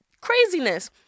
craziness